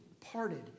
parted